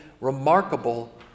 remarkable